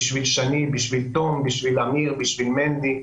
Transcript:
בשביל שני, בשביל תום בשביל אמיר, בשביל מנדי.